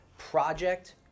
Project